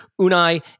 Unai